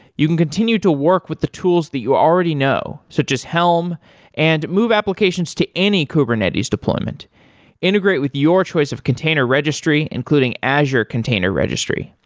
you can continue to work with the tools that you already know, so just helm and move applications to any kubernetes deployment integrate with your choice of container registry, including azure container registry.